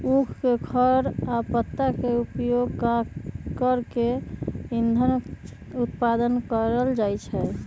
उख के खर आ पत्ता के उपयोग कऽ के इन्धन उत्पादन कएल जाइ छै